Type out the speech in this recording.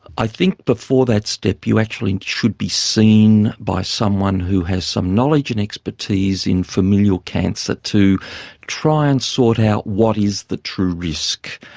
i think before that step you actually should be seen by someone who has some knowledge and expertise in familial cancer to try and sort out what is the true risk.